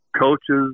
coaches